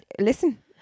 Listen